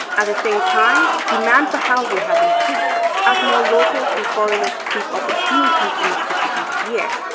at the same time, demand for housing has increased, as more locals and foreigners seek opportunities in the city each year.